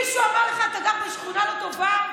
מישהו אמר לך: אתה גר בשכונה לא טובה,